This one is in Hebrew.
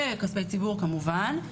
בכספי ציבור כמובן,